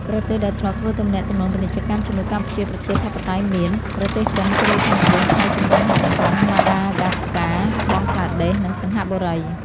ប្រទេសដែលធ្លាប់ធ្វើទំនាក់ទំនងពាណិជ្ជកម្មជាមួយកម្ពុជាប្រជាធិបតេយ្យមាន ប្រទេសចិន កូរ៉េខាងជើង ថៃ ជប៉ុន ហុងកុង ម៉ាដាហ្គាស្កា បង់ក្លាដែស និងសិង្ហបុរី។